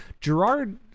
Gerard